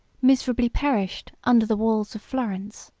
miserably perished under the walls of florence.